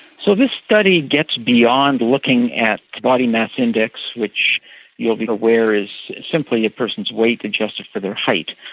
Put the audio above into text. so this study gets beyond looking at body mass index, which you'll be aware is simply a person's weight adjusted for their height,